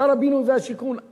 שר הבינוי והשיכון,